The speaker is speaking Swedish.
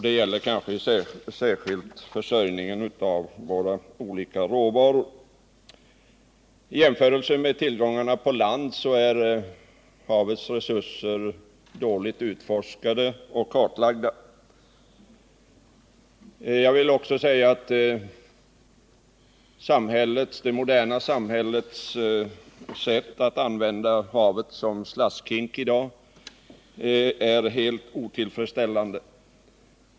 Det gäller kanske särskilt vår försörjning av olika råvaror. I jämförelse med tillgångarna på land är havets resurser dåligt utforskade och kartlagda. Det moderna samhällets sätt att använda havet som slaskhink är helt otillfredsställande.